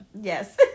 Yes